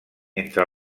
entre